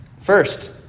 First